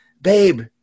babe